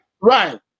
Right